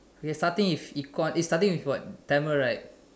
okay starting it's equal starting with what Tamil right